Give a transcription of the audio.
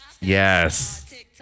Yes